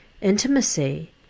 intimacy